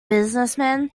businessmen